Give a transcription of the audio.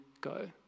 go